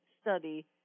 study